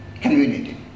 community